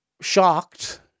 Shocked